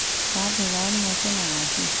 سات ہزار نو سو نواسی